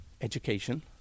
education